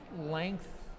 length